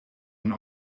een